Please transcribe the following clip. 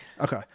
Okay